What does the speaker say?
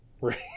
Right